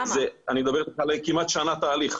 אני מדבר איתך על כמעט שנה תהליך.